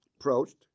approached